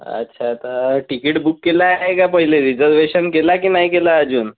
अच्छा तर ticket book केलं आहे का पहिले रिजर्वेशन केलं आहे की नाही केला अजून